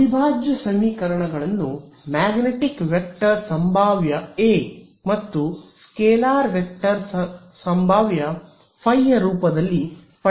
ಅವಿಭಾಜ್ಯ ಸಮೀಕರಣಗಳನ್ನು magnetic vector ಸಂಭಾವ್ಯ ಎ ಮತ್ತು ಸ್ಕೇಲಾರ್ ವೆಕ್ಟರ್ ಸ್ಕೇಲಾರ್ ಸಂಭಾವ್ಯ ಫೈಯ ರೂಪದಲ್ಲಿ ಪಡೆದಿದ್ದೇವೆ